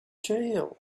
jail